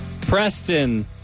Preston